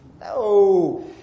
No